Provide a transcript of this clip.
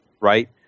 Right